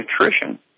nutrition